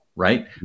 right